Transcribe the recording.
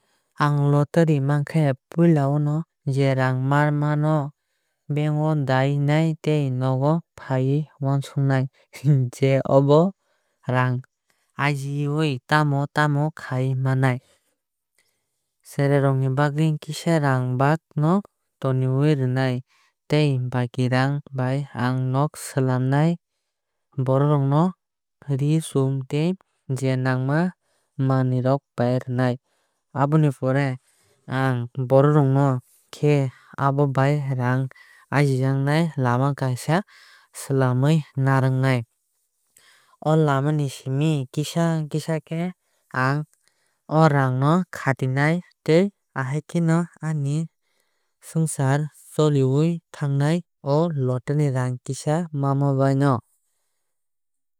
Ang lottery mankhe puila o no je raang manma no bank o dai nai tei nogo fawui wansuknai je abo raang abi tamo tamo khai manai. Cherrai rok ni bagwui kisa raang bak o no tonwui rwnai tei baki raang bai nog swlamnai. Borok rok no ree chum tei je nangma manwui rok pai rwnai. Aboni pore ang borok rok no khe abo bai raang ajijaknai lama kaisa swlamwui narwknai. O lama ni siming kisa kisa khe ang o raang no khatinai tei ahaikheo aani sonsar choliwui thangnai o lottery ni raang kisa manmabai no.